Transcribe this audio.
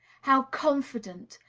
how confident!